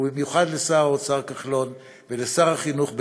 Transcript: ובמיוחד לשר האוצר כחלון ולשר החינוך בנט,